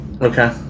Okay